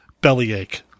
bellyache